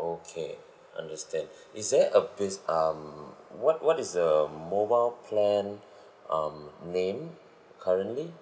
okay understand is there a um what what is the mobile plan um name currently